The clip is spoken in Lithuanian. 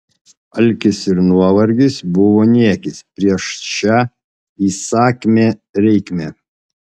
alkis ir nuovargis buvo niekis prieš šią įsakmią reikmę